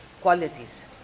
qualities